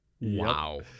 wow